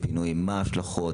פינוי מה ההשלכות,